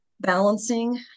balancing